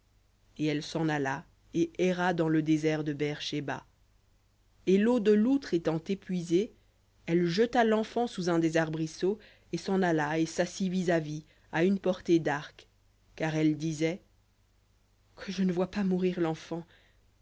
et elle s'en alla et erra dans le désert de beër shéba et l'eau de l'outre étant épuisée elle jeta l'enfant sous un des arbrisseaux et s'en alla et s'assit vis-à-vis à une portée d'arc car elle disait que je ne voie pas mourir l'enfant